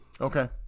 Okay